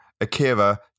Akira